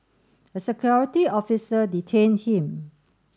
a security officer detained him